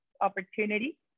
opportunity